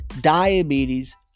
diabetes